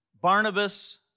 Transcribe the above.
Barnabas